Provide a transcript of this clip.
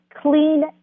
clean